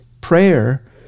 Prayer